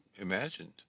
imagined